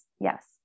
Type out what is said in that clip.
yes